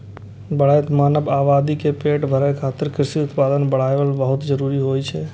बढ़ैत मानव आबादी के पेट भरै खातिर कृषि उत्पादन बढ़ाएब बहुत जरूरी होइ छै